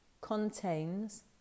contains